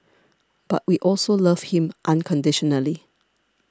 but we also love him unconditionally